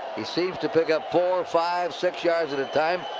he seems to pick up four, five, six yards at a time.